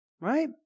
right